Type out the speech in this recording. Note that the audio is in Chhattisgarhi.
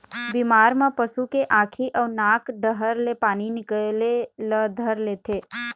बिमारी म पशु के आँखी अउ नाक डहर ले पानी निकले ल धर लेथे